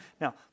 Now